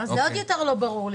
אז עוד יותר לא ברור לי,